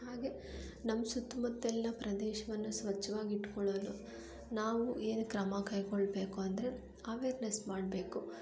ಹಾಗೆ ನಮ್ಮ ಸುತ್ತಮುತ್ತಲಿನ ಪ್ರದೇಶವನ್ನು ಸ್ವಚ್ಛವಾಗಿಟ್ಕೊಳೋದು ನಾವು ಏನು ಕ್ರಮ ಕೈಗೊಳ್ಳಬೇಕು ಅಂದರೆ ಅವೇರ್ನೆಸ್ ಮಾಡಬೇಕು